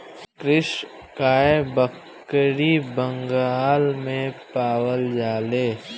कृष्णकाय बकरी बंगाल में पावल जाले